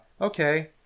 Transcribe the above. okay